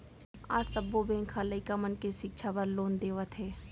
आज सब्बो बेंक ह लइका मन के सिक्छा बर लोन देवत हे